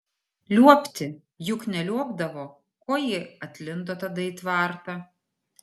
liuobti juk neliuobdavo ko ji atlindo tada į tvartą